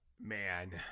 man